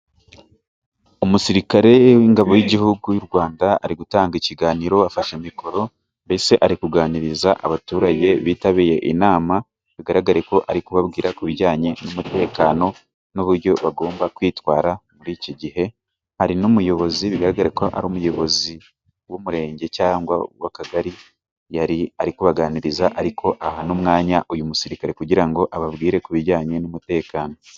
Umusirikare w'ingabo z'igihugu y'u Rwanda ari gutanga ikiganiro. Afashe mikoro, mbese ari kuganiriza abaturage bitabiriye inama. Bigaragare ko ari kubabwira ku bijyanye n'umutekano n'uburyo bagomba kwitwara muri iki gihe. Hari n'umuyobozi bigaragara ko ari umuyobozi w'Umurenge, cyangwa w'Akagari. Ari kubaganiriza ariko aha n'umwanya uyu musirikare kugira ngo ababwire ku bijyanye n'umutekano.